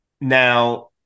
now